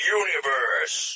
universe